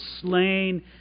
slain